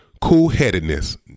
cool-headedness